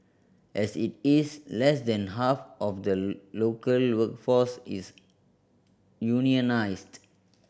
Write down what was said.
as it is less than half of the local workforce is unionised